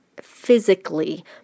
physically